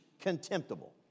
contemptible